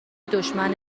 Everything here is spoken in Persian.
دشمن